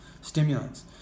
stimulants